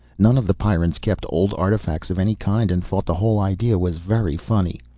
none of the pyrrans kept old artifacts of any kind and thought the whole idea was very funny.